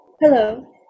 Hello